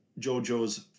Jojo's